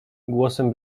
głosem